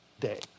day